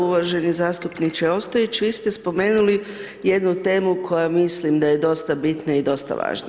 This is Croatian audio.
Uvaženi zastupniče Ostojić, vi ste spomenuli jednu temu koja mislim da je dosta bitna i dosta važna.